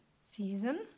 season